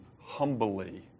humbly